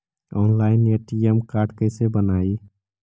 Online ATM card कैसे बनाई?